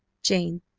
jane,